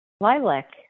lilac